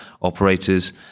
operators